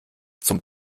zum